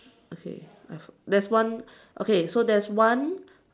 okay I there's one okay so there's one